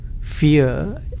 fear